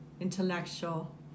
intellectual